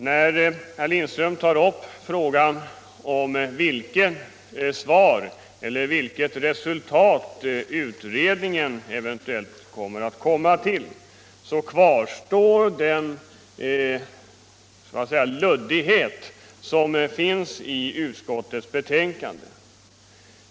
När herr Lindström tar upp frågan om vilket resultat utredningen eventuellt kommer till, så kvarstår den luddighet som finns i utskottets betänkande.